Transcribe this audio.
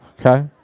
okay?